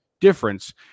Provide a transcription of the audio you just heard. difference